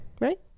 right